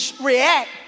react